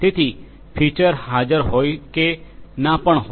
તેથી ફીચર હાજર હોઈ કે ના પણ હોય